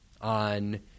on